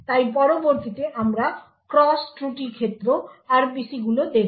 তাই পরবর্তীতে আমরা ক্রস ত্রুটি ক্ষেত্র RPC গুলো দেখব